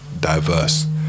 diverse